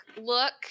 look